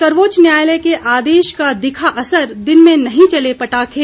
सर्वोच्च न्यायालय के आदेश का दिखा असर दिन में नहीं चले पटाखे